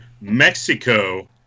Mexico